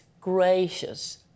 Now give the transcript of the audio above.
gracious